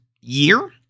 year